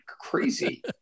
crazy